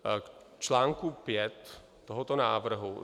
K článku 5 tohoto návrhu.